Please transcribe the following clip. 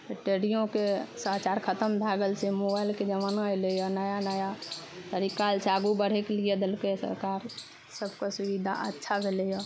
रेडियोके समाचार खत्म भए गेल छै मोबाइलके जमाना अयलै नया नया तरीका लागू बढ़यके लिए देलकै सरकार सबके सुविधा अच्छा भेलै हँ